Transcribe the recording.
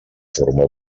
forma